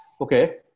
Okay